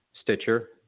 Stitcher